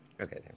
Okay